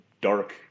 dark